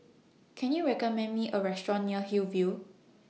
Can YOU recommend Me A Restaurant near Hillview